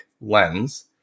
lens